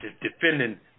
defending